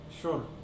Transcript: Sure